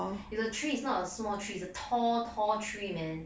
ya the tree is not a small tree it's a tall tall tree man